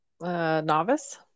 novice